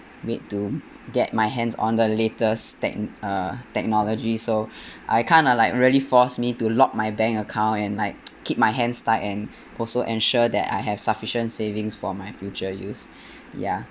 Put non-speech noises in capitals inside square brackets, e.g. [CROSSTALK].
wait to get my hands on the latest thing uh technology so I kind of like really force me to lock my bank account and like [NOISE] keep my hands stuck and also ensure that I have sufficient savings for my future use ya